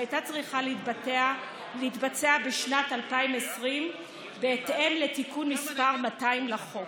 שהייתה צריכה להתבצע בשנת 2020 בהתאם לתיקון מס' 200 לחוק,